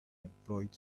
employed